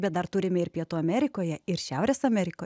bet dar turime ir pietų amerikoje ir šiaurės amerikoj